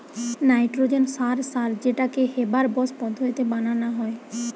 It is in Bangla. নাইট্রজেন সার সার যেটাকে হেবার বস পদ্ধতিতে বানানা হয়